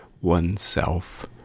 oneself